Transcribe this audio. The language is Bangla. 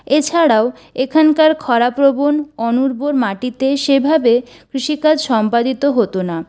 এছাড়াও এখানকার খরা প্রবণ অনুর্বর মাটিতে সেভাবে কৃষিকাজ সম্পাদিত হতো না